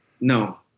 No